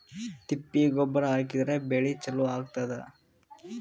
ತಿಪ್ಪಿ ಗೊಬ್ಬರ ಹಾಕಿದ್ರ ಬೆಳಿ ಚಲೋ ಆಗತದ?